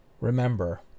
remember